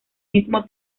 mismo